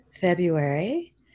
February